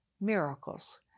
Miracles